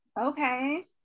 Okay